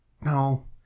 No